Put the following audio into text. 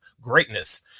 greatness